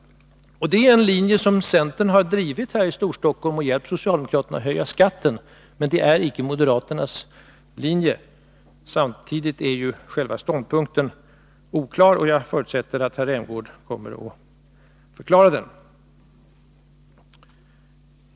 Det är en linje som centern har drivit här i Storstockholm och därigenom hjälpt socialdemokraterna att höja skatten, men det är icke moderaternas linje. Samtidigt är själva ståndpunkten oklar. Jag förutsätter att herr Rämgård kommer att förklara den.